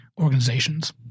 organizations